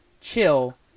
chill